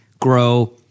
grow